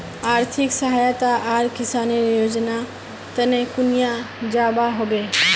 आर्थिक सहायता आर किसानेर योजना तने कुनियाँ जबा होबे?